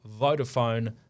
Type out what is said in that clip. Vodafone